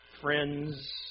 friends